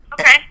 Okay